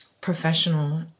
professional